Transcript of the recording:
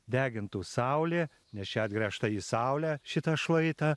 degintų saulė nes čia atgręžta į saulę šitą šlaitą